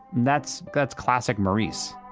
that's that's classic maurice